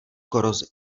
korozi